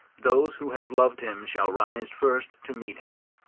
those who have loved him shall rise first to meet him,